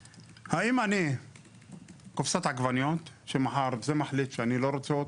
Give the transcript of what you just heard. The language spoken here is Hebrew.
האם אני קופסת עגבניות שמחר זה מחליט שאני לא רוצה אותו?